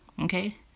okay